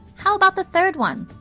how about the third one?